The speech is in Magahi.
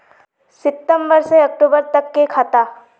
सितम्बर से अक्टूबर तक के खाता?